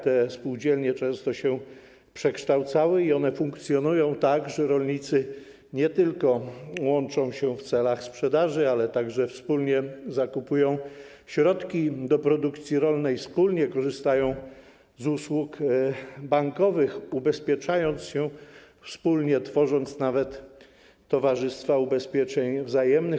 Te spółdzielnie często się przekształcały i one funkcjonują tak, że rolnicy nie tylko łączą się w celach sprzedaży, ale także wspólnie zakupują środki do produkcji rolnej, wspólnie korzystają z usług bankowych, ubezpieczając się, wspólnie tworząc nawet towarzystwa ubezpieczeń wzajemnych.